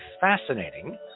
fascinating